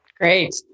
Great